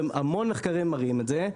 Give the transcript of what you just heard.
והמון מחקרים מראים את זה,